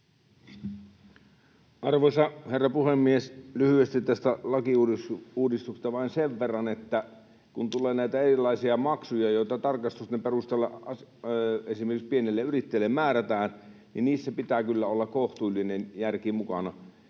Arvoisa herra puhemies! Lyhyesti tästä lakiuudistuksesta vain sen verran, että kun tulee näitä erilaisia maksuja, joita tarkastusten perusteella esimerkiksi pienille yrittäjille määrätään, niin niissä pitää kyllä olla kohtuullinen, järki mukana.